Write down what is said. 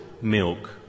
milk